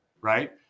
Right